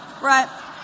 right